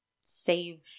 save